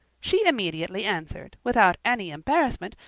she immediately answered, without any embarrassment,